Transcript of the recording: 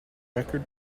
record